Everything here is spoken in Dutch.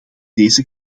deze